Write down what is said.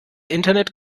internet